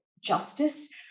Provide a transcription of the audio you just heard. justice